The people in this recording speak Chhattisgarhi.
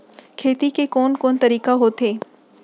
खेती के कोन कोन तरीका होथे?